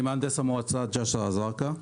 אני מהנדס המועצה ג'סר א-זרקא,